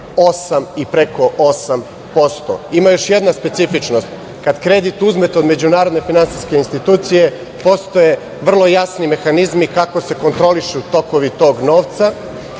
8% i preko 8%.Ima još jedna specifičnost, kad kredit uzmete od međunarodne finansijske institucije postoje vrlo jasni mehanizmi kako se kontrolišu tokovi tog novca